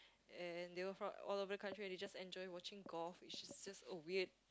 and they were from all over the country and they just enjoy watching golf which is just a weird